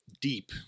deep